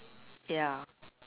ya